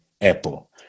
apple